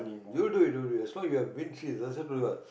mm you do it you do it as long as you have been through it